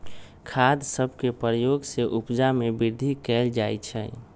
खाद सभके प्रयोग से उपजा में वृद्धि कएल जाइ छइ